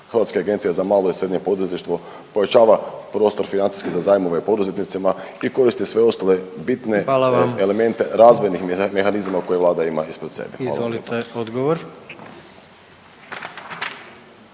Hrvatska agencija za malo i srednje poduzetništvo povećava prostor financijski za zajmove poduzetnicima i koristi sve ostale bitne …/Upadica: Hvala vam./… elemente razvojnih mehanizama koje Vlada ima ispred sebe. **Jandroković, Gordan